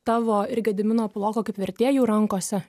tavo ir gedimino puloko kaip vertėjų rankose